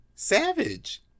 Savage